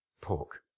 pork